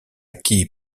qui